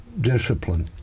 discipline